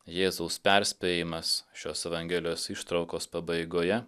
jėzaus perspėjimas šios evangelijos ištraukos pabaigoje